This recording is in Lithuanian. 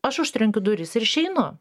aš užtrenkiu duris ir išeinu